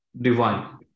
Divine